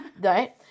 right